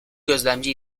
gözlemci